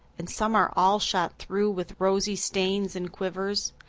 and some are all shot through with rosy stains and quivers.